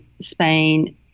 Spain